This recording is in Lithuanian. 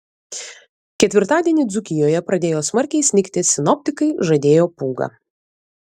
ketvirtadienį dzūkijoje pradėjo smarkiai snigti sinoptikai žadėjo pūgą